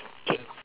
K